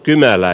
kynällä